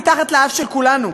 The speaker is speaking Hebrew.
מתחת לאף של כולנו,